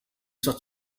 such